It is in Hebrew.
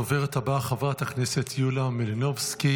הדוברת הבאה, חברת הכנסת יוליה מלינובסקי,